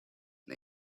and